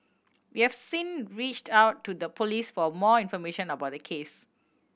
we have sin reached out to the Police for more information about the case